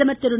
பிரதமர் திரு